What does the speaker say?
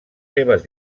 seves